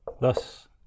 Thus